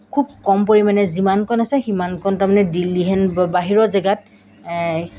খুব কম পৰিমাণে যিমানকণ আছে সিমানকণ তাৰমানে দিল্লীহেন বাহিৰৰ জেগাত